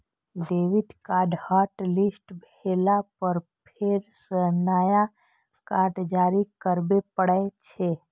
debit card hotlist भेला पर फेर सं नया कार्ड जारी करबे पड़ै छै